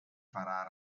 farà